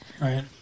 Right